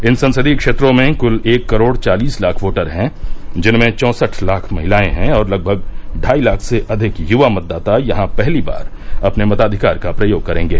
इन संसदीय क्षेत्रों में कल एक करोड़ चालीस लाख वोटर हैं जिनमें चौसठ लाख महिलायें हैं और लगभग ढाई लाख से अधिक युवा मतदाता यहां पहली बार अपने मताधिकार का प्रयोग करेंगे